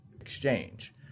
exchange